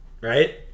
right